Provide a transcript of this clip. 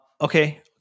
Okay